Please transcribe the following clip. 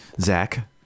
Zach